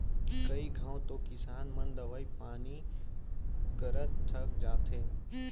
कई घंव तो किसान मन दवई पानी करत थक जाथें